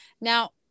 now